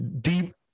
deep